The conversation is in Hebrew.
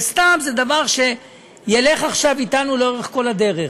וסתם זה דבר שילך עכשיו אתנו לאורך כל הדרך,